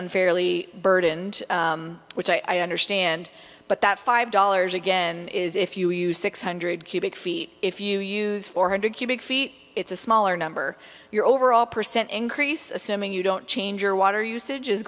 unfairly burdened which i understand but that five dollars again is if you use six hundred cubic feet if you use four hundred cubic feet it's a smaller number your overall percent increase assuming you don't change your water usage is